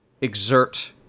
exert